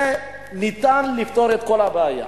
ניתן לפתור את כל הבעיה.